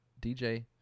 DJ